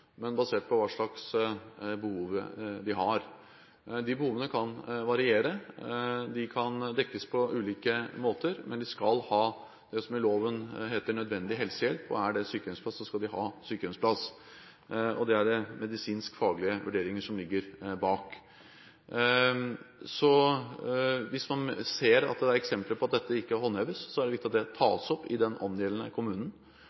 men basert på hva slags behov de har. De behovene kan variere. De kan dekkes på ulike måter, men man skal ha det som i loven heter nødvendig helsehjelp. Er det sykehjemsplass, skal man ha sykehjemsplass. Det er det medisinskfaglige vurderinger som ligger bak. Hvis man ser eksempler på at dette ikke håndheves, er det viktig at det tas opp i den angjeldende kommunen.